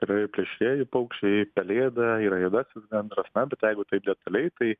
yra ir plėšrieji paukščiai pelėda yra juodasis gandras na bet jeigu taip detaliai tai